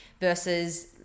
versus